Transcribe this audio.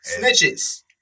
Snitches